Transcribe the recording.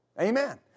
Amen